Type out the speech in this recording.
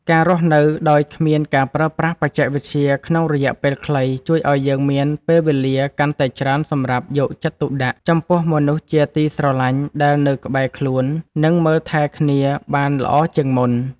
ការរស់នៅដោយគ្មានការប្រើប្រាស់បច្ចេកវិទ្យាក្នុងរយៈពេលខ្លីជួយឱ្យយើងមានពេលវេលាកាន់តែច្រើនសម្រាប់យកចិត្តទុកដាក់ចំពោះមនុស្សជាទីស្រឡាញ់ដែលនៅក្បែរខ្លួន និង មើលថែគ្នាបានល្អជាងមុន។